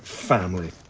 family.